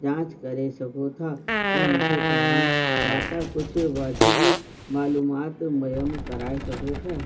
जांचु करे सघो था ऐं मूंखे तव्हां वटा कुझु वाजिबी मालूमात मुयम कराए सघो था